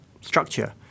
structure